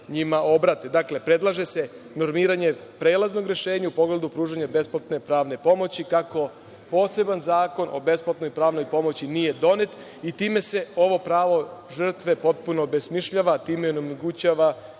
Dakle, predlaže se normiranje prelaznog rešenja u pogledu pružanja besplatne pravne pomoći. Kako poseban zakon o besplatnoj pravnoj pomoći nije donet, i time se ovo pravo žrtve potpuno obesmišljava, a time onemogućava efikasna